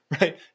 right